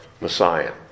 Messiah